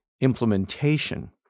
implementation